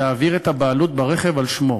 יעביר את הבעלות ברכב על שמו.